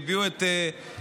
והביעו את מחאתם,